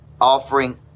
offering